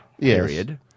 period